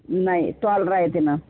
नाही टॉल राहते ना